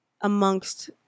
amongst